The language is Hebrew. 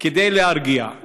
כדי להרגיע.